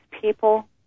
people